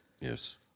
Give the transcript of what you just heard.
Yes